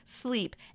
sleep